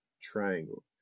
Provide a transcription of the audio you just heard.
triangle